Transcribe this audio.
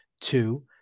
two